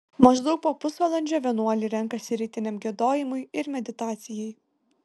maždaug po pusvalandžio vienuoliai renkasi rytiniam giedojimui ir meditacijai